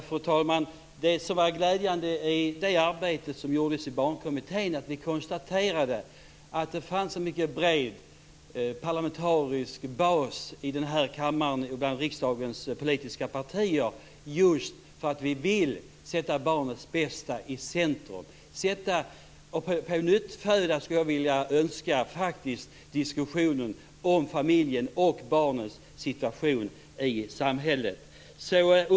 Fru talman! Det som var glädjande i det arbete som gjordes i barnkommittén var att vi konstaterade att det fanns en mycket bred parlamentarisk bas i den här kammaren, bland riksdagens politiska partier, just för att sätta barnens bästa i centrum. Jag skulle faktiskt önska att diskussionen om familjen och barnens situation i samhället kunde pånyttfödas.